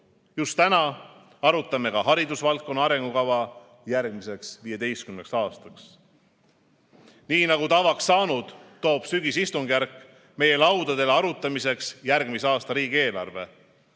Just täna hakkame arutama ka haridusvaldkonna arengukava järgmiseks 15 aastaks. Nii nagu tavaks saanud, toob sügisistungjärk meie laudadele arutamiseks järgmise aasta riigieelarve.